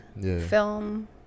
film